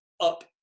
up